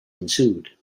ensued